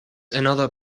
another